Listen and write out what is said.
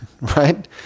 right